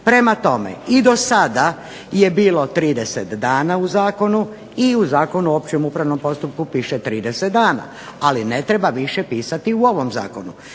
Prema tome, i do sada je bilo 30 dana u zakonu i u Zakonu o općem upravnom postupku piše 30 dana, ali ne treba više pisati u ovom zakonu.